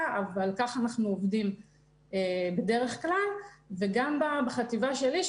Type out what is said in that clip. אבל כך אנחנו עובדים בדרך כלל וגם בחטיבה שלי,